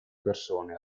persone